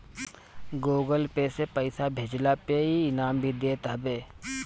Google Pay से पईसा भेजला पे इ इनाम भी देत हवे